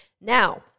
Now